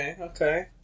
Okay